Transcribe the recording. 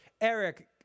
Eric